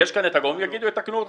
יש כאן הגורמים, הם יתקנו אותך.